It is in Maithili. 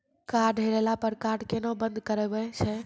कार्ड हेरैला पर कार्ड केना बंद करबै छै?